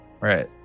Right